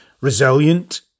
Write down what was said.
Resilient